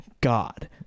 God